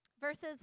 Verses